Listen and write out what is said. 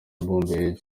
bombe